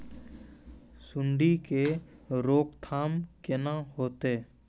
सुंडी के रोकथाम केना होतै?